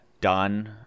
done